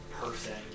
person